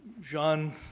Jean